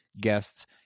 guests